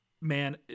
man